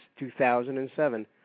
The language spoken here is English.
2007